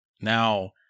now